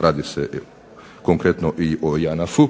radi se konkretno i o JANAF-u,